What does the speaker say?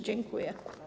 Dziękuję.